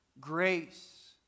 grace